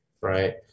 right